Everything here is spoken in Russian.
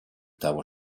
того